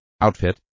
outfit